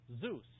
Zeus